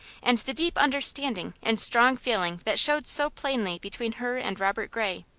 and the deep understanding and strong feeling that showed so plainly between her and robert gray.